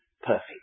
perfect